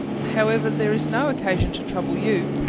however, there is no occasion to trouble you.